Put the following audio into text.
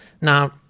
Now